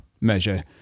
measure